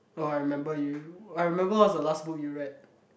oh I remember you I remember what was the last book you read